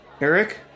Eric